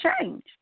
change